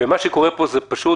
ומה שקורה פה זה פשוט.